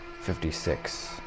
Fifty-six